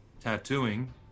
tattooing